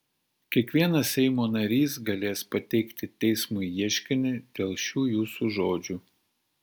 kiekvienas seimo narys galės pateikti teismui ieškinį dėl šių jūsų žodžių